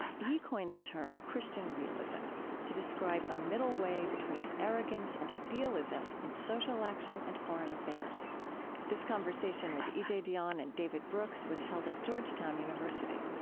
he coined the term christian realism to describe a middle way between arrogance and idealism in social action and foreign affairs this conversation with e j. dionne and david brooks was held at georgetown university